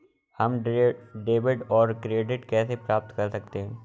हम डेबिटऔर क्रेडिट कैसे कर सकते हैं?